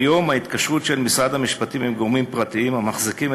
כיום ההתקשרות של משרד המשפטים עם גורמים פרטיים המחזיקים